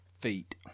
feet